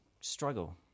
struggle